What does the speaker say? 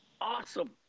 Awesome